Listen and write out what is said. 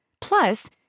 Plus